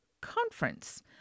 conference